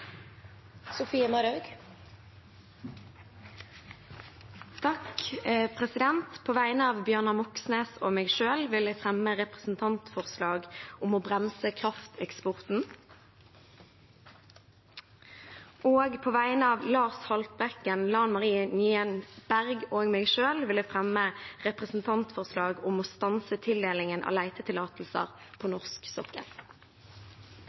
På vegne av Bjørnar Moxnes og meg selv vil jeg fremme et representantforslag om å bremse krafteksporten. På vegne av Lars Haltbrekken, Lan Marie Nguyen Berg og meg selv vil jeg fremme et representantforslag om å stanse tildelingen av letetillatelser på norsk sokkel.